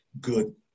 Good